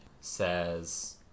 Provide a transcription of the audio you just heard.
says